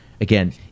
Again